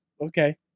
Okay